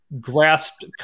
grasped